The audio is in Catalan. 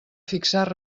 fixar